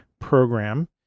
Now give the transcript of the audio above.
program